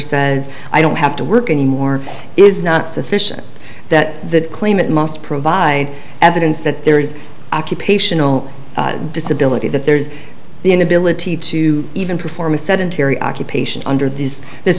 says i don't have to work anymore is not sufficient that the claimant must provide evidence that there is occupational disability that there's the inability to even perform a sedentary occupation under this this